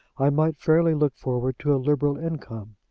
i might fairly look forward to a liberal income.